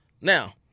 Now